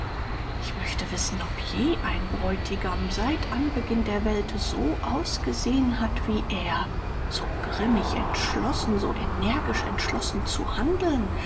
ich möchte wissen ob je ein bräutigam seit anbeginn der welt so ausgesehen hat wie er so grimmig entschlossen so energisch entschlossen zu handeln